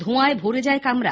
ধোঁয়ায় ভরে যায় কামরা